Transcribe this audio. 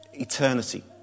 eternity